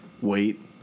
wait